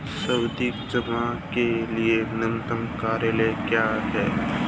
सावधि जमा के लिए न्यूनतम कार्यकाल क्या है?